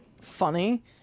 funny